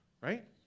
right